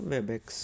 Webex